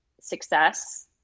success